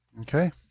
Okay